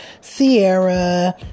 Sierra